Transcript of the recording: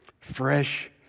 fresh